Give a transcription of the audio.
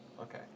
Okay